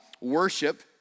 Worship